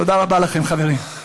תודה רבה לכם, חברים.